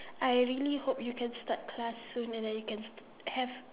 I really hope you can start class soon and then you can have